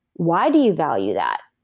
why do you value that?